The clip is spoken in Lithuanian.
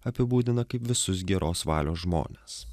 apibūdina kaip visus geros valios žmones